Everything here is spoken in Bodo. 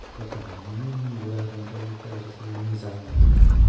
गाहाम मोनो होनब्ला आरो नोंथांमोना गाज्रि सानो मोजां मोनो आङो